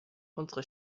unsere